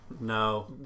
No